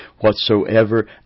whatsoever